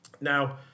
Now